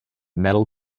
metal